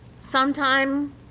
sometime